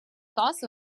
also